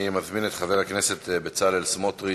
אני מזמין את חבר הכנסת בצלאל סמוטריץ,